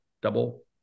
double